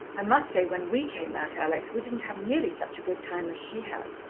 i must say, when we came out, alex, we didn't have nearly such a good time as she has.